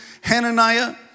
Hananiah